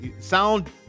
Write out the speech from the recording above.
Sound